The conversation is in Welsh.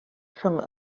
rhwng